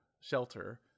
shelter